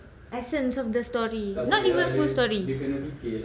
essence of the story not even full story you can